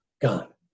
God